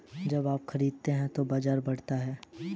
जब आप खरीदते हैं तो बाजार बढ़ता है